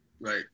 right